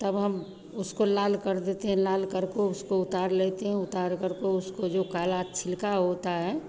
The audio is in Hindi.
तब हम उसको लाल कर देते हैं लाल कर को उसको उतार लेते हैं उतारकर को उसका जो काला छिलका होता है